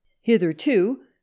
Hitherto